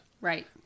Right